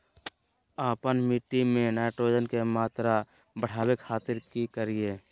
आपन मिट्टी में नाइट्रोजन के मात्रा बढ़ावे खातिर की करिय?